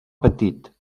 patit